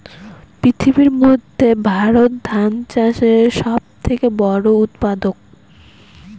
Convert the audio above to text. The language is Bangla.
পৃথিবীর মধ্যে ভারত ধান চাষের সব থেকে বড়ো উৎপাদক